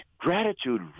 gratitude